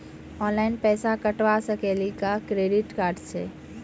Online पैसा कटवा सकेली का क्रेडिट कार्ड सा?